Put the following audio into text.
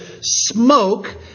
smoke